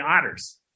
otters